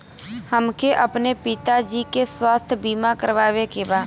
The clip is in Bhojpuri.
हमके अपने पिता जी के स्वास्थ्य बीमा करवावे के बा?